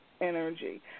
energy